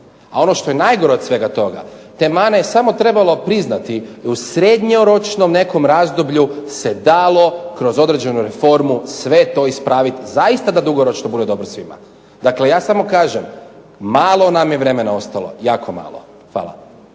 A ono što je najgore od svega toga, te mane je samo trebalo priznati. U srednjoročnom nekom razdoblju se dalo kroz određenu reformu sve to ispraviti zaista da dugoročno bude dobro svima. Dakle, ja samo kažem, malo nam je vremena ostalo. Jako malo. Hvala.